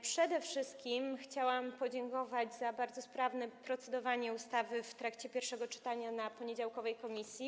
Przede wszystkim chciałam podziękować za bardzo sprawne procedowanie nad ustawą w trakcie pierwszego czytania na poniedziałkowym posiedzeniu komisji.